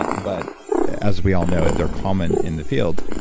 but as we all know, they're common in the field.